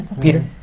Peter